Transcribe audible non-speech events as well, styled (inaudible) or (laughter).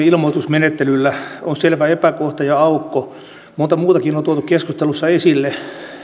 (unintelligible) ilmoitusmenettelyllä on selvä epäkohta ja aukko monta muutakin on tuotu keskustelussa esille